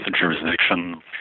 jurisdiction